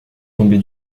tomber